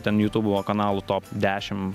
ten jutubo kanalų top dešim